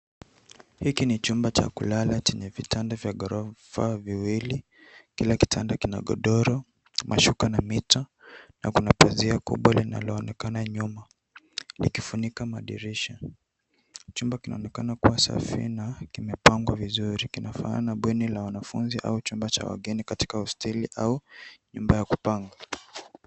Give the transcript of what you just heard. Hiki ni chumba cha kulala chenye vitanda vya gorofa viwili. Kila kitanda kina godoro, mashuka na mito na kuna pazia kubwa linaloonekana nyuma likifunika madirisha. Chumba kinaonekana kuwa safi na kimepangwa vizuri. Kinafanana na bweni la wanafunzi au chumba cha wageni katika hosteli au nyumba ya kupanga.